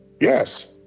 Yes